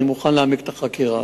אני מוכן להעמיק את החקירה.